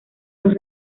los